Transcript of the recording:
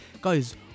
Guys